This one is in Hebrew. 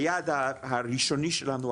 היעד הראשוני שלנו,